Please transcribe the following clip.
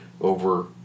over